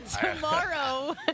Tomorrow